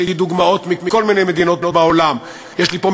יש לי אתי דוגמאות מכל מיני מדינות בעולם,